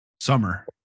summer